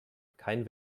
kein